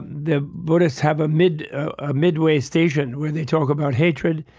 the buddhists have a midway ah midway station where they talk about hatred,